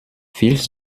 willst